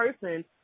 person